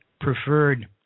preferred